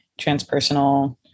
transpersonal